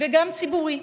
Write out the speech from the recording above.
וגם ציבורי.